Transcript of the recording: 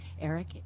Eric